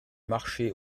marché